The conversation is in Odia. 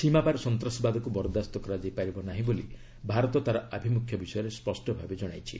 ସୀମାପାର ସନ୍ତ୍ରାସବାଦକୁ ବରଦାସ୍ତ କରାଯାଇ ପାରିବ ନାହିଁ ବୋଲି ଭାରତ ତାର ଆଭିମୁଖ୍ୟ ବିଷୟରେ ସ୍ୱଷ୍ଟ ଭାବେ ଜଣାଇଛି